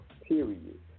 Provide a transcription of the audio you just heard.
period